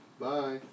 Bye